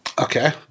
Okay